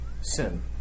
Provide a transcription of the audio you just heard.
sin